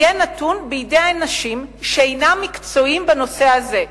יהיה נתון בידי אנשים שאינם מקצועיים בנושא הזה.